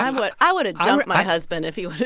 um but i would have dumped my husband if he